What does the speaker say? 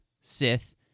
Sith